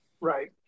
Right